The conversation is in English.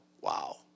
Wow